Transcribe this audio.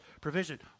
provision